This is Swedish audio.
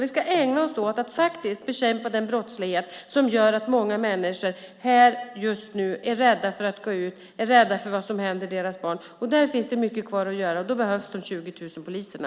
Vi ska ägna oss åt att faktiskt bekämpa den brottslighet som gör att många människor just nu är rädda för att gå ut, är rädda för vad som händer deras barn. Där finns det mycket kvar att göra. Då behövs de 20 000 poliserna.